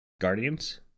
guardians